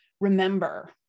remember